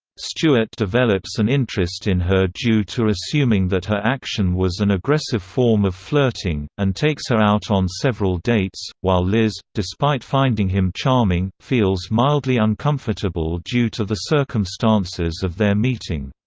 stewart develops an interest in her due to assuming that her action was an aggressive form of flirting, and takes her out on several dates, while liz, despite finding him charming, feels mildly uncomfortable due to the circumstances of their meeting.